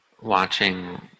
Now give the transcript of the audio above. watching